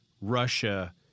Russia